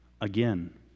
again